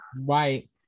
right